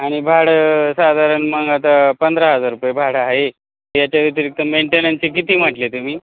आणि भाडं साधारण मग आता पंधरा हजार रुपये भाडं आहे त्याच्या व्यतिरिक्त मेंटेन्सची किती म्हटले तुम्ही